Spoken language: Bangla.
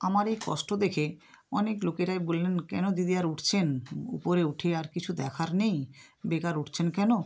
আমার এই কষ্ট দেখে অনেক লোকেরাই বললেন কেন দিদি আর উঠছেন উপরে উঠে আর কিছু দেখার নেই বেকার উঠছেন কেন